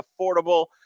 affordable